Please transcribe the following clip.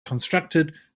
constructed